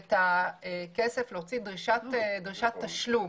את הכסף, להוציא דרישת תשלום.